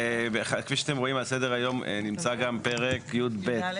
כפי שאתם רואים על סדר היום נמצא גם פרק י"א,